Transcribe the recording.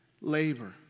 labor